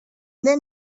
then